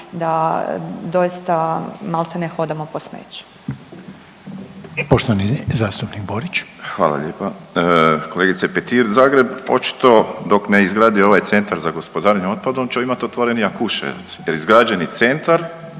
Poštovani zastupnik Borić. **Borić, Josip (HDZ)** Hvala lijepa. Kolegice Petir, Zagreb očito dok ne izgradi ovaj Centar za gospodarenje otpadom će imati otvoren Jakuševec, jer izgrađeni centar